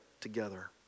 together